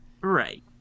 right